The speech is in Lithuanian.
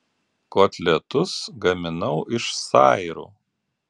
kotletus gaminau iš sairų